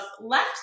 left